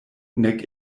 nek